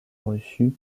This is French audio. reçut